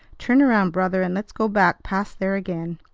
turn around, brother, and let's go back past there again.